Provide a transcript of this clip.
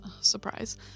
surprise